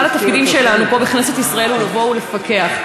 אחד התפקידים שלנו פה בכנסת ישראל הוא לבוא ולפקח.